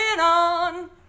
on